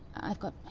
i've got,